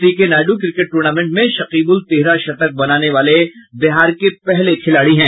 C K Nayudu cricket tournament में शकीबुल तिहरा शतक बनाने वाले बिहार के पहले खिलाड़ी है